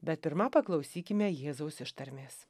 bet pirma paklausykime jėzaus ištarmės